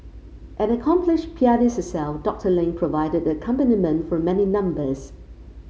an accomplished pianist herself Doctor Ling provided the accompaniment for many numbers